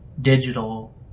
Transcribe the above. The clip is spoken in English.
digital